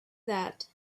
that